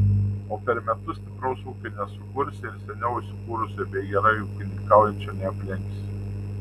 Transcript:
o per metus stipraus ūkio nesukursi ir seniau įsikūrusio bei gerai ūkininkaujančio neaplenksi